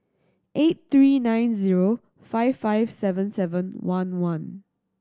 eight three nine zero five five seven seven one one